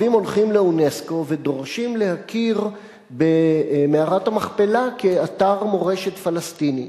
הערבים הולכים לאונסק"ו ודורשים להכיר במערת המכפלה כאתר מורשת פלסטיני,